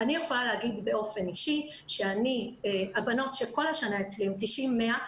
אני יכולה להגיד באופן אישי שהבנות שכל השנה אצלי עם 90-100,